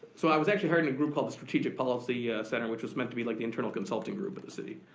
so i was actually hired in a group called the strategic policy center, which was meant to be like the internal consulting group of the city.